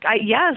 yes